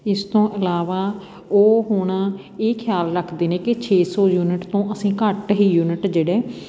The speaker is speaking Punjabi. ਇਸ ਤੋਂ ਇਲਾਵਾ ਉਹ ਹੁਣ ਇਹ ਖਿਆਲ ਰੱਖਦੇ ਨੇ ਕਿ ਛੇ ਸੌ ਯੂਨਿਟ ਤੋਂ ਅਸੀਂ ਘੱਟ ਹੀ ਯੂਨਿਟ ਜਿਹੜੇ